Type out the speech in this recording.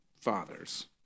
father's